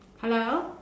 hello